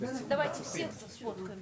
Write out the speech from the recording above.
המשטרה זקוקה לכם,